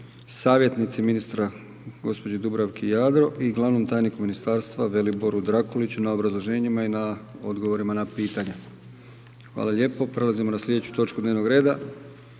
savjetnici ministra gospođi Dubravki Jadro i glavnom tajniku Ministarstva Veliboru Drakuliću na obrazloženjima i na odgovorima na pitanja. Hvala lijepo. **Jandroković, Gordan